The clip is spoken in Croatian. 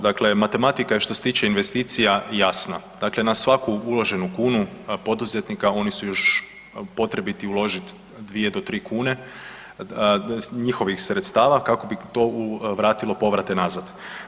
Dakle, matematika je što se tiče investicija jasna, dakle na svaku uloženu kunu poduzetnika oni su još potrebiti uložiti dvije do tri kune njihovih sredstava kako bi to vratilo povrate nazad.